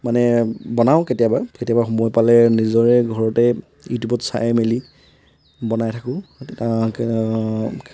মানে বনাওঁ কেতিয়াবা কেতিয়াবা সময় পালে নিজৰে ঘৰতে ইউটিউবত চাই মেলি বনাই থাকোঁ